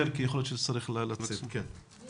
כי יכול להיות שתצטרך ללכת לדיון אחר.